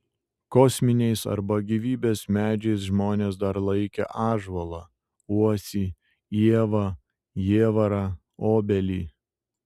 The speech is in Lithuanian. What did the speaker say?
kosminiais arba gyvybės medžiais žmonės dar laikę ąžuolą uosį ievą jievarą obelį